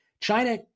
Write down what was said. China